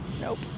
Nope